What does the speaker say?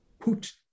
put